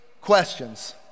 questions